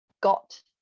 got